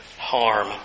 harm